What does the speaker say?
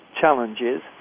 challenges